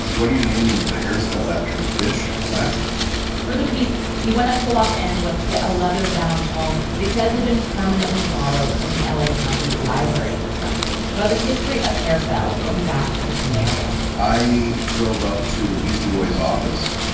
what are you naming a hairstyle after a fish? what for the piece, he went up to los angeles to get a leather bound tome that he says had been permanently borrowed from the l a. county library system about the history of hairstyles going back to the sumerians i drove up to the beastie boys office.